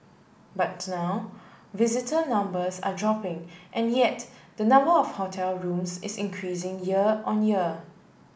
but now visitor numbers are dropping and yet the number of hotel rooms is increasing year on year